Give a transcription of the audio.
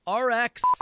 RX